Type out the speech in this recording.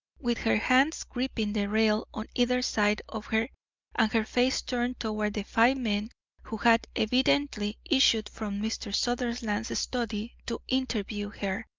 with her hands gripping the rail on either side of her and her face turned toward the five men who had evidently issued from mr. sutherland's study to interview her.